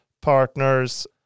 partners